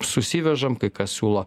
susivežam kai kas siūlo